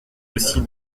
aussi